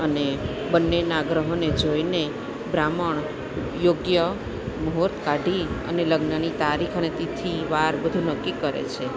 અને બંનેના ગ્રહોને જોઈને બ્રાહ્મણ યોગ્ય મૂહરત કાઢી અને લગ્નની તારીખ અને તિથી વાર બધું નક્કી કરે છે